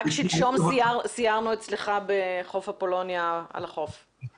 רק שלשום סיירנו אצלך בחוף אפולוניה על החוף.